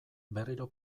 berriro